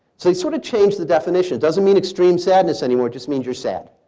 so they sort of change the definition. doesn't mean extreme sadness anymore. it just means you're sad.